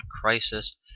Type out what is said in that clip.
crisis